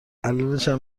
الانشم